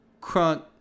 crunk